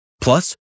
Plus